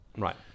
Right